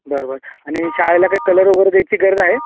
बर बर आणि शाळेला काही कलर वगैरे द्यायची गरज आहे